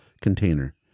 container